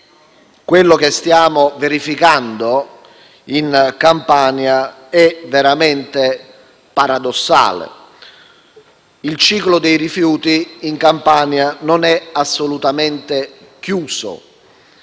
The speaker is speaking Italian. quello che stiamo verificando in Campania è veramente paradossale. Il ciclo dei rifiuti in Campania non è assolutamente chiuso.